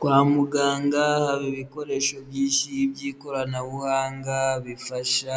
Kwa muganga haba ibikoresho byinshi by'ikoranabuhanga bifasha